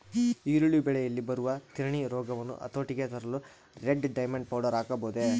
ಈರುಳ್ಳಿ ಬೆಳೆಯಲ್ಲಿ ಬರುವ ತಿರಣಿ ರೋಗವನ್ನು ಹತೋಟಿಗೆ ತರಲು ರೆಡ್ ಡೈಮಂಡ್ ಪೌಡರ್ ಹಾಕಬಹುದೇ?